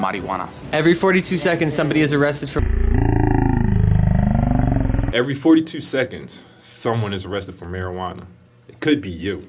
might be one every forty two seconds somebody is arrested every forty two seconds someone is arrested for marijuana could be you